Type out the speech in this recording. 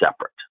separate